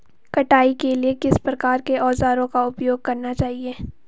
कटाई के लिए किस प्रकार के औज़ारों का उपयोग करना चाहिए?